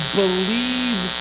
believe